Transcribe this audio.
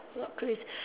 what craz~